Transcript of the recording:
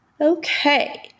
Okay